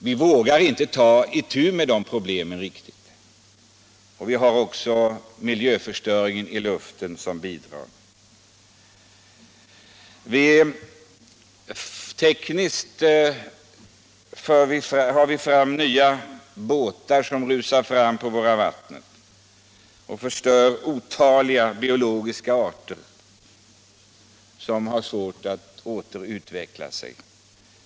Vi vågar inte ta itu med det problemet riktigt. Även miljöförstöringen i luften är en bidragande orsak. På teknikens område tar vi fram nya båtar som rusar fram på våra vatten och förstör otaliga biologiska arter, vilka har svårt att åter utveckla sig.